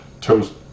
toast